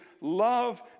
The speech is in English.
love